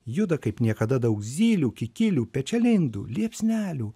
juda kaip niekada daug zylių kikilių pečialindų liepsnelių